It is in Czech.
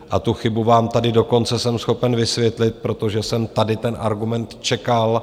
A tu chybu vám tady dokonce jsem schopen vysvětlit, protože jsem tady ten argument čekal.